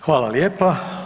Hvala lijepa.